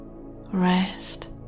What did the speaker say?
rest